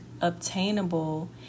obtainable